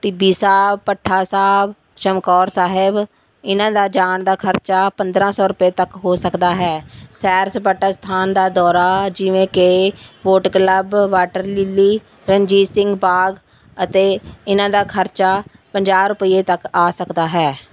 ਟਿੱਬੀ ਸਾਹਿਬ ਭੱਠਾ ਸਾਹਿਬ ਚਮਕੌਰ ਸਾਹਿਬ ਇਹਨਾਂ ਦਾ ਜਾਣ ਦਾ ਖਰਚਾ ਪੰਦਰਾਂ ਸੌ ਰੁਪਏ ਤੱਕ ਹੋ ਸਕਦਾ ਹੈ ਸੈਰ ਸਪਾਟਾ ਸਥਾਨ ਦਾ ਦੌਰਾ ਜਿਵੇਂ ਕਿ boat club water lily Ranjit Singh Bagh ਅਤੇ ਇਹਨਾਂ ਦਾ ਖਰਚਾ ਪੰਜਾਹ ਰੁਪਈਏ ਤੱਕ ਆ ਸਕਦਾ ਹੈ